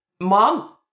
mom